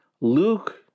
Luke